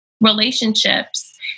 relationships